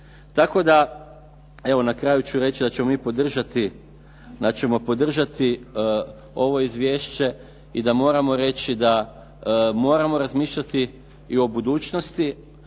Tako da, evo na kraju ću reći da ćemo mi podržati ovo izvješće i da moramo reći da moramo razmišljati i o budućnosti,